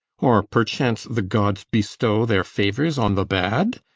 or perchance the gods bestow their favors on the bad.